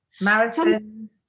marathons